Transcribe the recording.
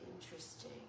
Interesting